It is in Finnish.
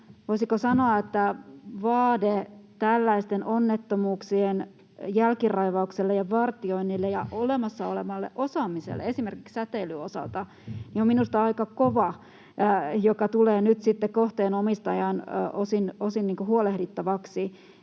voisiko sanoa, että vaade tällaisten onnettomuuksien jälkiraivaukselle ja vartioinnille ja olemassa olevalle osaamiselle esimerkiksi säteilyn osalta on minusta aika kova, ja se tulee nyt sitten osin kohteen omistajan huolehdittavaksi.